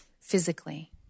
Physically